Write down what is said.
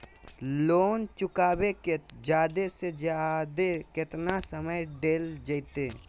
Loan चुकाबे के जादे से जादे केतना समय डेल जयते?